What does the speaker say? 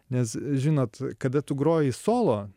nes žinot kada tu groji solo